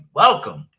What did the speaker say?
welcome